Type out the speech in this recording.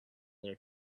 their